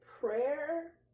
prayer